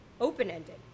open-ended